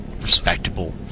respectable